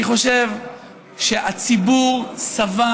שיושב פה